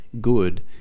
good